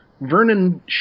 Vernon